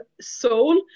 soul